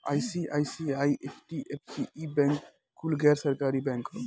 ICICI, HDFC, ई bank कुल गैर सरकारी बैंक ह